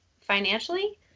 financially